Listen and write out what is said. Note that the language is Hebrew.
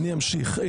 אני אמשיך.